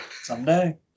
Someday